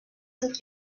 sus